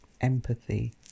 Empathy